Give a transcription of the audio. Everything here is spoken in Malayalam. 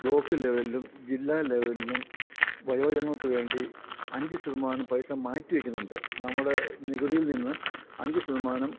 ബ്ലോക്ക് ലെവലിലും ജില്ലാ ലെവലിലും വയോജനങ്ങൾക്കുവേണ്ടി അഞ്ചു ശതമാനം പൈസ മാറ്റിവയ്ക്കുന്നുണ്ട് നമ്മുടെ നികുതിയില്നിന്ന് അഞ്ചു ശതമാനം